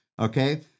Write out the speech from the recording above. Okay